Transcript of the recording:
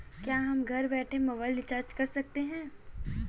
क्या हम घर बैठे मोबाइल रिचार्ज कर सकते हैं?